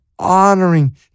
honoring